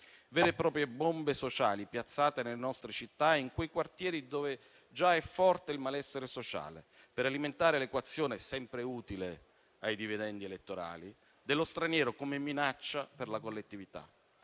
Vere e proprie bombe sociali piazzate nelle nostre città, in quei quartieri dove già è forte il malessere sociale, per alimentare l'equazione, sempre utile ai dividendi elettorali, dello straniero come minaccia per la collettività.